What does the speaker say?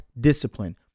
discipline